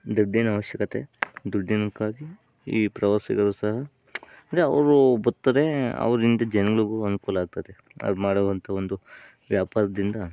ದುಡ್ಡಿನ ಅವಶ್ಯಕತೆ ದುಡ್ಡಿಗಾಗಿ ಈ ಪ್ರವಾಸಿಗರು ಸಹ ಅಂದರೆ ಅವರೂ ಬರ್ತಾರೆ ಅವರಿಂದ ಜನಗಳಿಗೂ ಅನುಕೂಲ ಆಗ್ತದೆ ಅದು ಮಾಡುವಂಥ ಒಂದು ವ್ಯಾಪಾರದಿಂದ